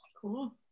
Cool